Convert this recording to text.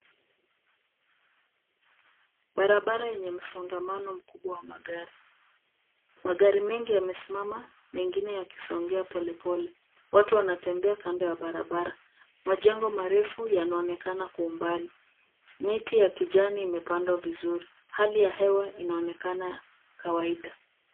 Barabara yenye msongamano mkubwa wa magari. Magari mengi yamesimama, mengine yakisongea polepole. Watu wanatembea kando ya barabara. Majengo marefu yanaonekana kwa mbali. Miti ya kijani imepandwa vizuri. Hali ya hewa inaonekana kawaida.